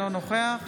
אינו נוכח